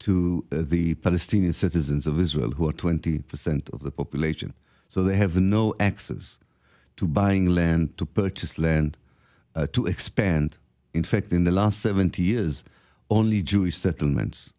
to the palestinian citizens of israel who are twenty percent of the population so they have no access to buying land to purchase land to expand in fact in the last seventy years only jewish settlements